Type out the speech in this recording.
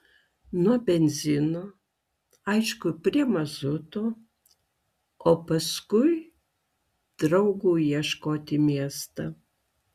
nuo benzino aišku prie mazuto o paskui draugų ieškot į miestą